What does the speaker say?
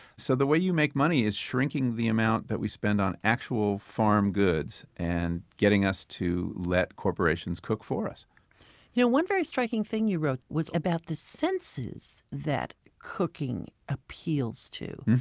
so the way you make money is shrinking the amount that we spend on actual farm goods and getting us to let corporations cook for us yeah one very striking thing that you wrote was about the senses that cooking appeals to.